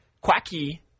Quacky